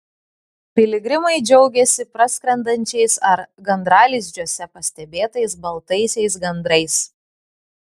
piligrimai džiaugėsi praskrendančiais ar gandralizdžiuose pastebėtais baltaisiais gandrais